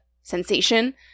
sensation